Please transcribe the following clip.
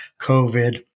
COVID